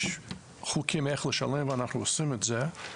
יש חוקים איך לשלם ואנחנו עושים את זה,